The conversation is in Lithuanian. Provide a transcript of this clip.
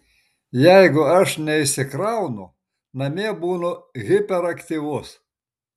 jeigu aš neišsikraunu namie būnu hiperaktyvus